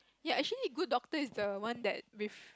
ya actually good doctor is the one that with